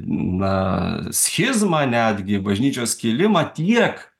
na schizmą netgi bažnyčios skilimą tiek